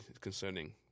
concerning